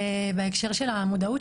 בהקשר של המודעות,